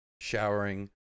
showering